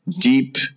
deep